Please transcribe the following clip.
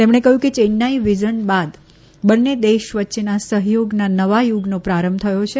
તેમણે કહ્યું કે ચેન્નાઇ વિઝન બાદ બંને દેશ વચ્ચેના સફયોગના નવા યુગનો પ્રારંભ થયો છે